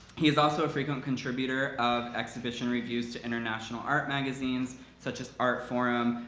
he is also a frequent contributor of exhibition reviews to international art magazines, such as art forum,